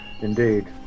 Indeed